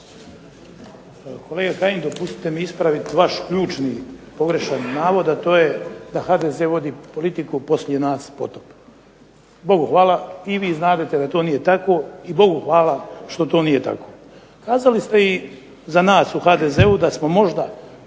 Kolega Kajin, dopustite mi ispravit vaš ključni pogrešan navod, a to je da HDZ vodi politiku poslije nas potop. Bogu hvala i vi znadete da to nije tako i Bogu hvala što to nije tako. Kazali ste i za nas u HDZ-u da smo možda